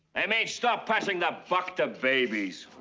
i mean stop passing the buck to babies.